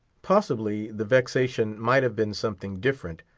possibly, the vexation might have been something different,